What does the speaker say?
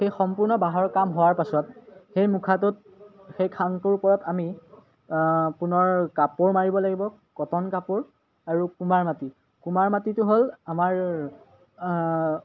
সেই সম্পূৰ্ণ বাঁহৰ কাম হোৱাৰ পাছত সেই মুখাটোত সেই খাঙটোৰ ওপৰত আমি পুনৰ কাপোৰ মাৰিব লাগিব কটন কাপোৰ আৰু কুমাৰ মাটি কুমাৰ মাটিটো হ'ল আমাৰ